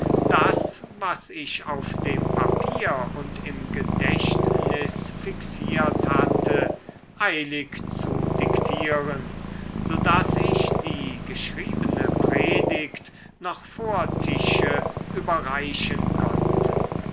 das was ich auf dem papier und im gedächtnis fixiert hatte eilig zu diktieren so daß ich die geschriebene predigt noch vor tische überreichen konnte